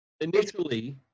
initially